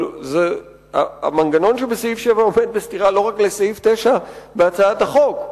אבל המנגנון שבסעיף 7 עומד בסתירה לא רק לסעיף 9 בהצעת החוק,